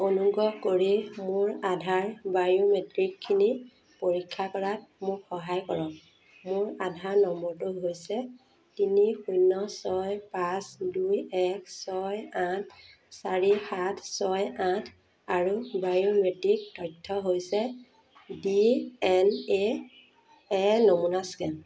অনুগ্ৰহ কৰি মোৰ আধাৰ বায়োমেট্ৰিকখিনি পৰীক্ষা কৰাত মোক সহায় কৰক মোৰ আধাৰ নম্বৰটো হৈছে তিনি শূন্য ছয় পাঁচ দুই এক ছয় আঠ চাৰি সাত ছয় আঠ আৰু বায়োমেট্ৰিক তথ্য হৈছে ডি এন এ এ নমুনা স্কেন